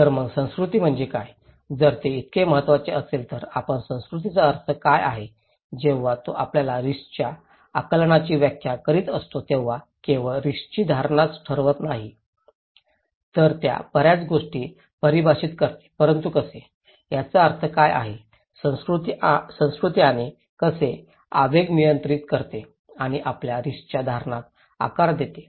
तर मग संस्कृती म्हणजे काय जर ते इतके महत्वाचे असेल तर आपण संस्कृतीचा अर्थ काय आहे जेव्हा तो आपल्या रिस्कच्या आकलनाची व्याख्या करीत असतो तेव्हा केवळ रिस्कची धारणाच ठरवत नाही तर त्या बर्याच गोष्टी परिभाषित करते परंतु कसे याचा अर्थ काय आहे संस्कृती आणि कसे आवेग नियंत्रित करते आणि आपल्या रिस्कच्या धारणांना आकार देते